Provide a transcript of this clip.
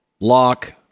lock